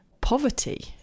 poverty